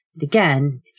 Again